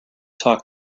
talk